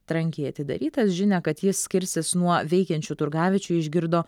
trankiai atidarytas žinią kad jis skirsis nuo veikiančių turgaviečių išgirdo